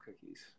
cookies